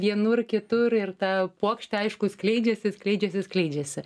vienur kitur ir ta puokštė aišku skleidžiasi skleidžiasi skleidžiasi